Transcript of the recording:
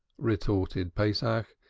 retorted pesach,